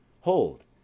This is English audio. Hold